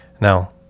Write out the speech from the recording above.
Now